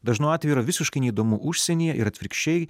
dažnu atveju yra visiškai neįdomu užsienyje ir atvirkščiai